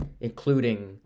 including